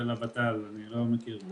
אני לא מכיר.